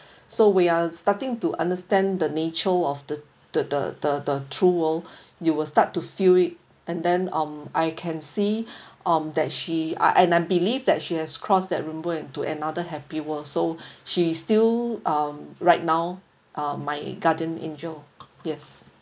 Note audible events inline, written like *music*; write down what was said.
so we are starting to understand the nature of the the the the the true world you will start to feel it and then um I can see *breath* um that she ah and I believe that she has crossed the rainbow to another happy world so *breath* she still um right now ah my guardian angel yes